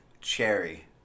cherry